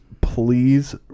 please